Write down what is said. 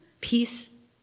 peace